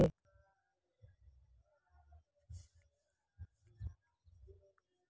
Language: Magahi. रमन ती मोक अपनार खातार विवरण व्हाट्सएपोत भेजे दे